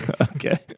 Okay